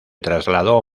trasladó